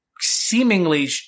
seemingly